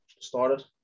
started